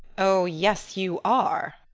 oh, yes, you are.